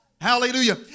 Hallelujah